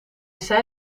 zei